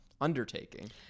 undertaking